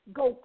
go